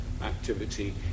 activity